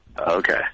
Okay